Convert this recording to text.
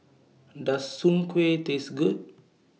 Does Soon Kway Taste Good